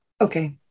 Okay